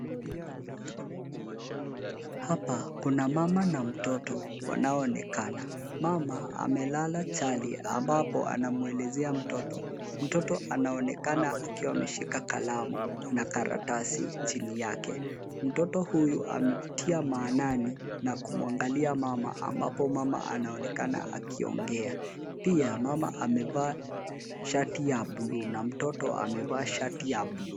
Hapa kuna mama na mtoto wanaonekana. Mama amelala chali ambapo anamuelezea mtoto. Mtoto anaonekana akiwa ameshika kalamu na karatasi chini yake. Mtoto huyu ametia maanani na kumuangalia mama ambapo mama anaonekana akiongea. Pia mama ameva shati ya buluu na mtoto ameva shati ya buluu.